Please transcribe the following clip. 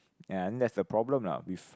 ya I think that's the problem lah with